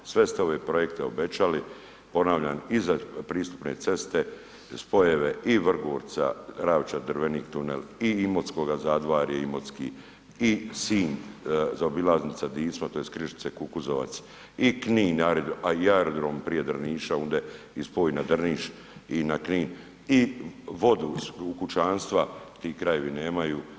Sve ste ove projekte obećali, ponavljam i za pristupne ceste, spojeve i Vrgorca, Ravča –Drvenik tunel, i Imotskoga, Zadvarje Imotski i Sinj zaobilaznica Dicmo tj. Križice – Kukuzovac i Knin, a i aerodrom prije Drniša ondje i spoj na Drniš i na Knin i vodu u kućanstva, ti krajevi nemaju.